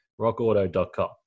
rockauto.com